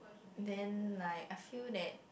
then like I feel that